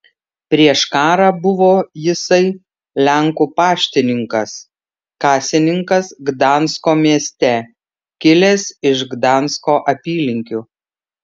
prieš karą buvo jisai lenkų paštininkas kasininkas gdansko mieste kilęs iš gdansko apylinkių